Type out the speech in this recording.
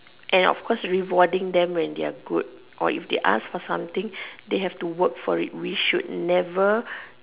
and of course rewarding them when they are good or if they ask for something they have to work for it we should never